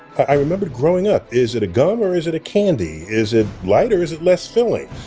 i remember growing up. is it a gum, or is it a candy? is it light, or is it less filling?